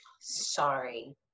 Sorry